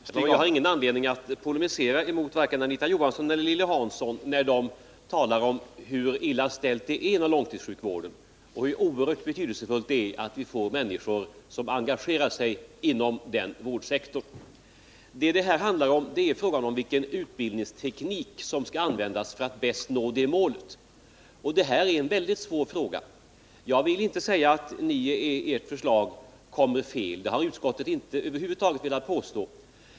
Herr talman! Jag har ingen anledning att polemisera mot vare sig Anita Johansson eller Lilly Hansson när de talar om hur illa ställt det är med långtidssjukvården och hur oerhört betydelsefullt det är att vi får människor som engagerar sig inom den vårdsektorn. Vad det här handlar om är vilken utbildningsteknik som skall användas för att bäst nå det målet, och det är en svår fråga. Jag vill inte säga att ni i ert förslag kommer fel, det har utskottet över huvud taget inte velat påstå.